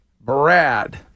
Brad